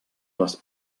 les